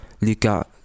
Luca